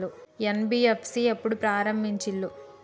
NBFC ఎప్పుడు ప్రారంభించిల్లు?